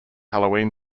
halloween